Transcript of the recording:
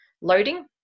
loading